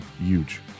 huge